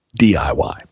DIY